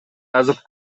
азыркы